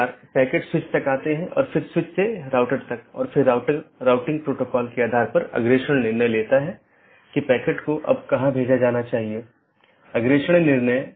क्योंकि जब यह BGP राउटर से गुजरता है तो यह जानना आवश्यक है कि गंतव्य कहां है जो NLRI प्रारूप में है